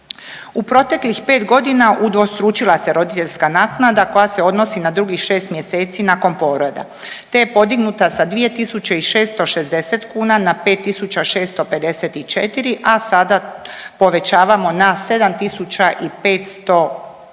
U proteklih 5 godina udvostručila se roditeljska naknada koja se odnosi na drugih 6 mjeseci nakon poroda te je podignuta sa 2.660 kuna na 5.654, a sada povećavamo na 7.500